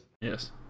Yes